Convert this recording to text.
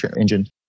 engine